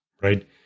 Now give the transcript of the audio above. Right